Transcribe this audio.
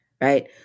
right